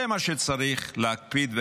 זה מה שצריך להקפיד עליו,